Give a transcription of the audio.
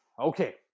Okay